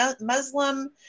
muslim